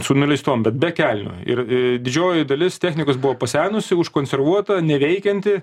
su nuleistom bet be kelnių ir didžioji dalis technikos buvo pasenusi užkonservuota neveikianti